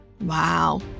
Wow